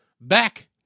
Back